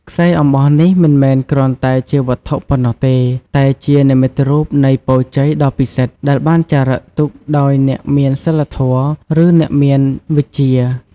ខ្សែអំបោះនេះមិនមែនគ្រាន់តែជាវត្ថុប៉ុណ្ណោះទេ តែជា និមិត្តរូបនៃពរជ័យដ៏ពិសិដ្ឋ ដែលបានចារឹកទុកដោយអ្នកមានសីលធម៌ ឬអ្នកមានវិជ្ជា។